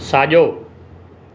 साजो॒